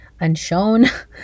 Unshown